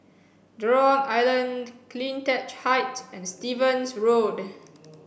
Jurong Island CleanTech Height and Stevens Road